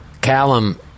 Callum